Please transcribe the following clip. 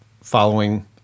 following